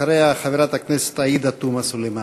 אחריה, חברת הכנסת עאידה תומא סלימאן.